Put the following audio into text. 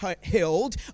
held